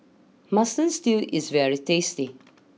Mutton Stew is very tasty